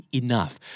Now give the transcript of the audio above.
enough